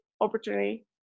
opportunity